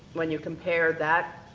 when you compare that,